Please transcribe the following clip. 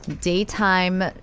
daytime